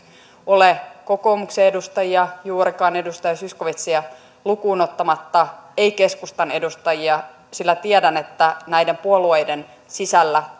ole kokoomuksen edustajia juurikaan edustaja zyskowiczia lukuun ottamatta ei keskustan edustajia sillä tiedän että näiden puolueiden sisällä